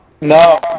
No